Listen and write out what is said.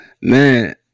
man